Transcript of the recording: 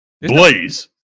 Blaze